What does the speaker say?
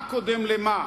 מה קודם למה?